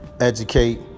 educate